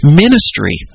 ministry